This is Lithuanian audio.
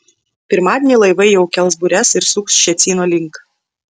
pirmadienį laivai jau kels bures ir suks ščecino link